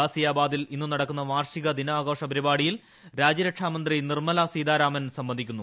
ഗാസിയാബാദിൽ ഇന്ന് നടക്കുന്ന വാർഷിക ദിനാഘോഷ പരിപാടിയിൽ രാജ്യരക്ഷാമന്ത്രി നിർമ്മല സീതാരാമൻ സംബന്ധിക്കുന്നു